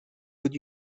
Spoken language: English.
would